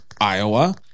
Iowa